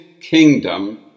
kingdom